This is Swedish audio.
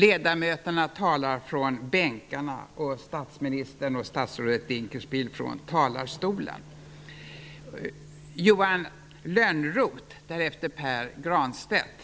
Ledamöterna talar från bänkarna medan statsministern och statsrådet Dinkelspiel talar från talarstolen.